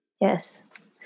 Yes